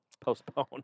Postpone